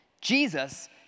Jesus